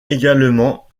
également